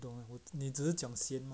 你只是讲咸